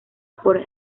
por